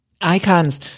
Icons